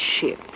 ship